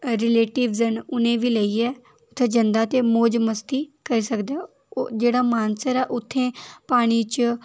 relatives न उ'नेंगी बी लेइयै उत्थें जंदा ते मौज़ मस्ती करी सकदा ते ओह् जेह्ड़ा मानसर उत्थें पानी च